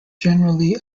generally